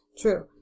True